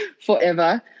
forever